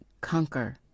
conquer